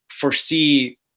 foresee